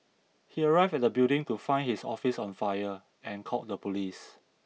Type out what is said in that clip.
he arrived at the building to find his office on fire and called the police